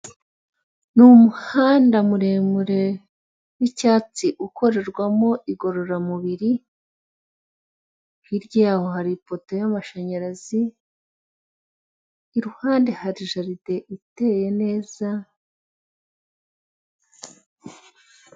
Ni umuhanda muremure w'icyatsi ukorerwamo igorora mubiri, hirya yaho hari ipoto y'amashanyarazi, imbere yaho hari jaride iteye neza.